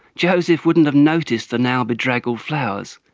joseph wouldn't have noticed the now bedraggled flowers,